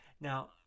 Now